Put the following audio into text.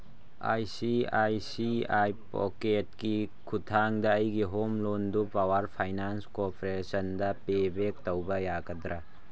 I C I C I ꯄꯣꯀꯦꯠꯀꯤ ꯈꯨꯊꯥꯡꯗ ꯑꯩꯒꯤ ꯍꯣꯝ ꯂꯣꯟꯗꯨ ꯄꯋꯥꯔ ꯐꯥꯏꯅꯥꯟꯁ ꯀꯣꯔꯄꯔꯦꯁꯟꯗ ꯄꯦꯕꯦꯛ ꯇꯧꯕ ꯌꯥꯒꯗ꯭ꯔꯥ